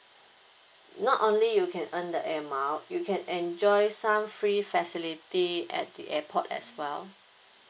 not only you can earn the air miles you can enjoy some free facility at the airport as well